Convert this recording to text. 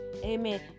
amen